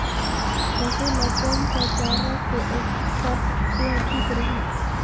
पशु ला कोन स चारा से ओकर सेहत ठीक रही?